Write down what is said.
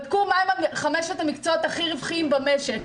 בדקו מהם חמשת המקצועות הכי רווחיים במשק,